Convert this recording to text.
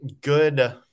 good